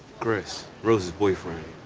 chris, rose's boyfriend.